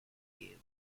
you